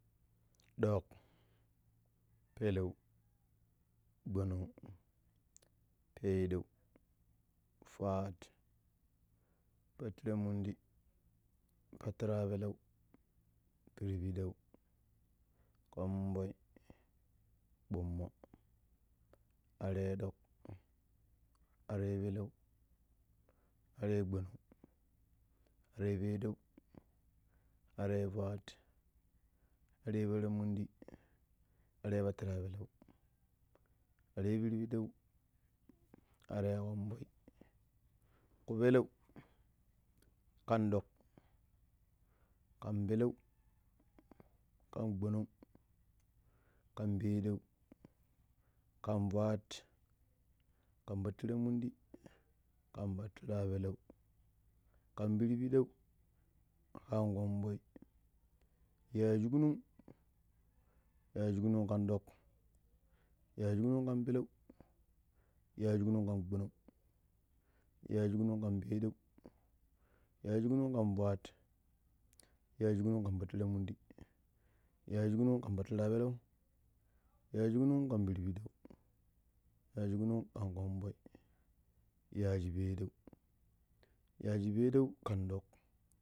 ﻿ɗoƙ, peleu, gbonong, pedɗeu, fwat, patiranmundi, patirapeleu, pirpiɗeu, konvoi gbommoo areɗoƙ arepeleu are gbonong are peɗeu arefwat are patiran mundi, are patirapeleu are pirpiɗeu are ƙonvoi kupeleu. Kan ɗoƙ kan peleu kan gbonong kan pedɗeu kan fwat kan patiranmundi kan patirapeleu kan pirpiɗeu ka konvoi. Yagigunun yagigunun kan ɗoƙ yagigunun kan peleu yagigunun kan gbonong yagigunun kan pedɗeu yagigunun kan fwat yagigunun kan patiranmundi yagigunun kan patirapeleu yagigunun kan pirpiɗeu yagigunun ka konvoi yagipedau yagipedau kan dok